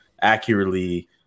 accurately